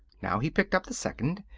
now he picked up the second,